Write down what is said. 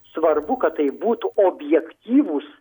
svarbu kad tai būtų objektyvūs